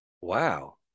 wow